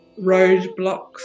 roadblocks